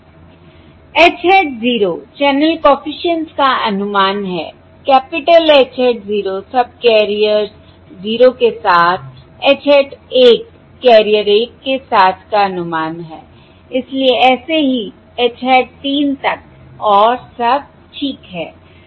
H hat 0 channel coefficients का अनुमान है कैपिटल H hat 0 सबकैरियर्स 0 के साथ H hat 1 कैरियर 1 के साथ का अनुमान है इसलिए ऐसे ही H hat 3 तक और सब ठीक है